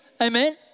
Amen